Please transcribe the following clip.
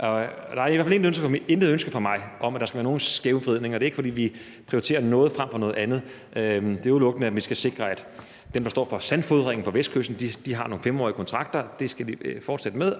Der er i hvert fald intet ønske fra mig om, at der skal være nogen skævvridning, og det er ikke, fordi vi prioriterer noget frem for noget andet. Det gælder udelukkende, at vi skal sikre, at dem, der står for sandfodringen på Vestkysten, har nogle 5-årige kontrakter; det skal de fortsætte med,